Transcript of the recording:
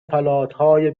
فلاتهای